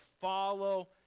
follow